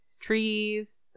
trees